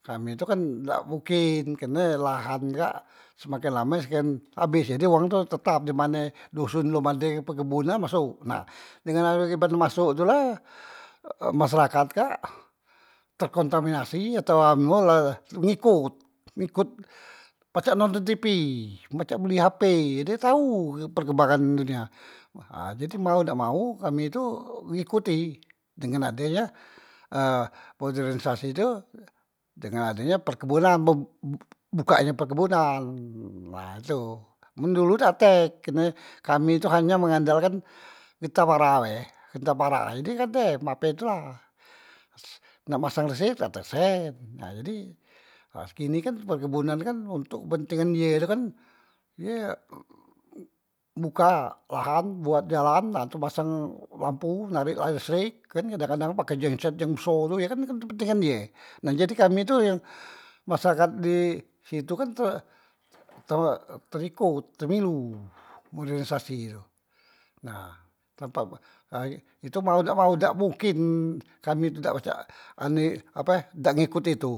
Kami tu kan dak mungkin, karne lahan kak semakin lame semaken abes jadi wong tu tetap dimane doson lom ade perkebunan masok, nah dengan ade akibat masok tu la eh masyarakat kak terkontaminasi atau ap anu ngikot, ngikot pacak nonton tipi, pacak mbeli hp, ye tau perkembangan dunia ha jadi mau dak mau kami tu ngikuti, dengan adenya eh moderen sasi tu dengan adenya perkebunan m buka nye perkebunan, nah tu mun dulu dak tek kerne kami tu hanya mengandalkan getah para be, getah para jadi kan dem ape tu la, se nak masang rese dak tek sen, nah jadi segini kan perkebunan kan untuk kepentingan ye tu kan ye buka lahan buat jalan nah ntuk masang lampu, narek lestrek, kan kadang- kadang makai jenset yang beso tu ye kan tuk kepentingan ye, nah jadi kami tu yang masyarakat di situ kan jadi ter terikot termilu moderen sasi tu, nah tanp itu mau dak mau dak mungkin kami tu dak pacak anu ape dak ngikut itu,